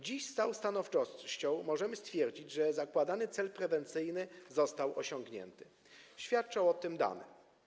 Dziś z całą stanowczością możemy stwierdzić, że zakładany cel prewencyjny został osiągnięty - świadczą o tym dane.